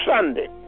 Sunday